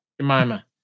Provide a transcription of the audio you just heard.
Jemima